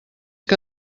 que